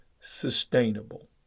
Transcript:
sustainable